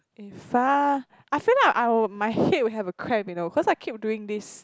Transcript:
I feel like I would my head will have a cramp you know cause I keep doing this